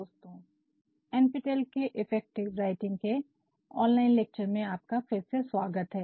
दोस्तों NPTEL के effective writing के ऑनलाइन लेक्चर में आपका फिर से स्वागत है